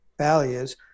values